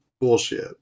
bullshit